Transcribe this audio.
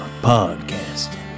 podcasting